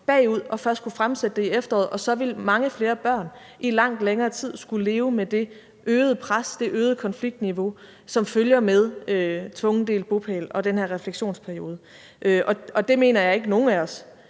bagud og først ville kunne fremsætte det i efteråret, og så ville mange flere børn i langt længere tid skulle leve med det øgede pres og det øgede konfliktniveau, som følger med tvungen delt bopæl og den her refleksionsperiode. Og det mener jeg ikke nogen af os